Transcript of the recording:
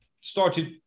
started